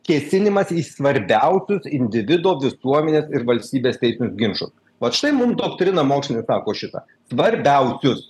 kėsinimas į svarbiausius individo visuomenės ir valstybės teisinius ginčus vat štai mum doktrina mokslinė sako šitą svarbiausius